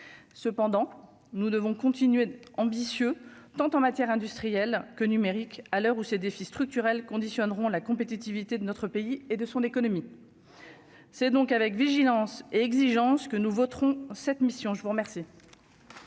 cependant, nous devons continuer, ambitieux tant en matière industrielle que numérique, à l'heure où ces défis structurels conditionneront la compétitivité de notre pays et de son économie, c'est donc avec vigilance et exigence que nous voterons cette mission je vous remercie.